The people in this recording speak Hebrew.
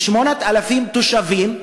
כ-8,000 תושבים,